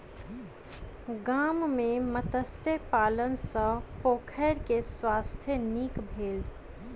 गाम में मत्स्य पालन सॅ पोखैर के स्वास्थ्य नीक भेल